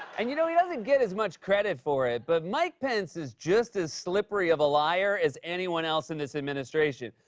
and you know, he doesn't get as much credit for it, but mike pence is just as slippery of a liar as anyone else in this administration.